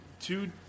two